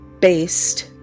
based